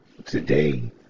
Today